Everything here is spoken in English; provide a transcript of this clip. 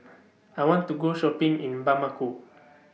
I want to Go Shopping in Bamako